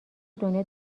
دنیا